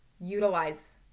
utilize